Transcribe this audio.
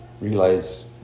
realize